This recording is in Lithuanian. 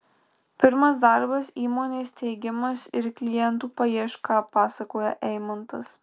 pirmas darbas įmonės steigimas ir klientų paieška pasakoja eimantas